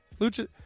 Lucha